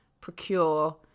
procure